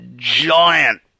giant